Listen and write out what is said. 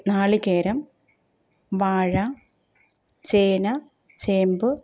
നാളികേരം വാഴ ചേന ചേമ്പ്